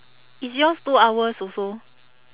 is yours two hours also